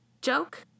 joke